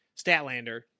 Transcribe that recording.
Statlander